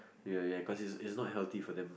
ya ya cause it's it's not healthy for them